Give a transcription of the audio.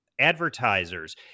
advertisers